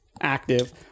active